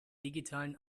digitalen